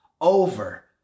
over